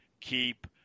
Keep